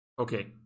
Okay